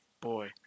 boy